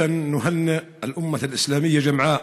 (אומר דברים בשפה הערבית: